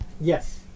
Yes